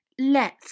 Let's